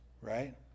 right